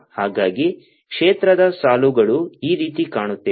ಹಾಗಾಗಿ ಕ್ಷೇತ್ರದ ಸಾಲುಗಳು ಈ ರೀತಿ ಕಾಣುತ್ತಿವೆ